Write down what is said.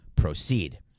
proceed